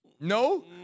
No